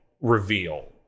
reveal